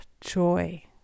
joy